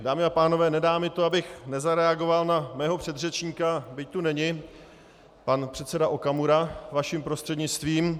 Dámy a pánové, nedá mi to, abych nezareagoval na svého předřečníka, byť tu není pan předseda Okamura, vaším prostřednictvím.